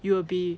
you will be